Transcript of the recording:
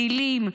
טילים,